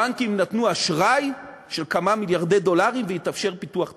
הבנקים נתנו אשראי של כמה מיליארדי דולרים והתאפשר פיתוח "תמר".